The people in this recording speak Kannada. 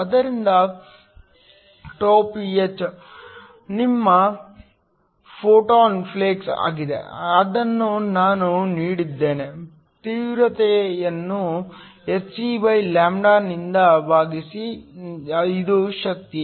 ಆದ್ದರಿಂದ Γph ನಿಮ್ಮ ಫೋಟಾನ್ ಪ್ಲೇಕ್ಸ್ ಆಗಿದೆ ಇದನ್ನು ನಾನು ನೀಡಿದ್ದೇನೆ ತೀವ್ರತೆಯನ್ನು hcλ ನಿಂದ ಭಾಗಿಸಿ ಇದು ಶಕ್ತಿ